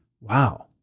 wow